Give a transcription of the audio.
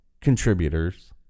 contributor's